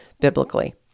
biblically